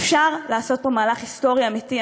אפשר לעשות פה מהלך היסטורי אמיתי.